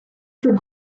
for